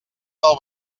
del